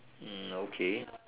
hmm okay